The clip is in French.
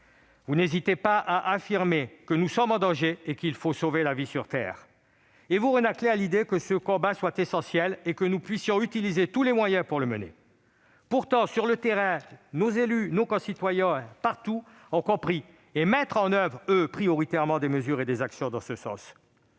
Vous n'hésitez pas à affirmer que nous sommes en danger et qu'il faut sauver la vie sur terre. Mais vous renâclez à l'idée que ce combat soit essentiel et que nous puissions utiliser tous les moyens pour le mener. Pourtant, partout sur le terrain, nos élus et nos concitoyens ont compris et mettent en oeuvre, eux, prioritairement, des mesures et des actions dans ce sens.